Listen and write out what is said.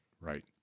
right